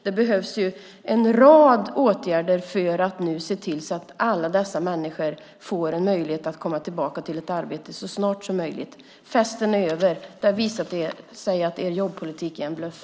Det behövs en rad åtgärder för att se till att alla dessa människor får möjlighet att komma tillbaka till ett arbete så snart som möjligt. Festen är över. Det har visat sig att er jobbpolitik är en bluff.